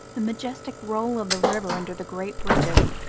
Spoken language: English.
the majestic roll of the river under the great bridges,